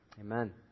Amen